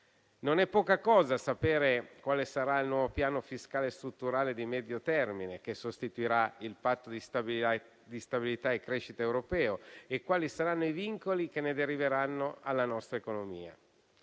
Non è poca cosa sapere quale sarà il nuovo piano fiscale strutturale di medio termine, che sostituirà il Patto di stabilità e crescita europeo, e quali saranno i vincoli che ne deriveranno per la nostra economia.